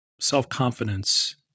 self-confidence